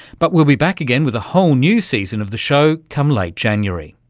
but we'll be back again with a whole new season of the show come late january.